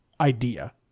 idea